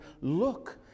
look